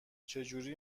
چجوری